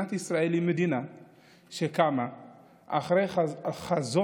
מדינת ישראל היא מדינה שקמה אחרי חזון